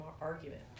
argument